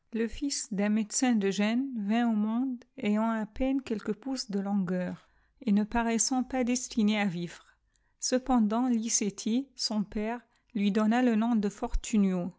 fils d'un médecin de gènes vint au monde ayant à peine qiiçlques pouces de longueur et ne paraissant pas destiné à vivre cependant licôti son père lui donna le nom de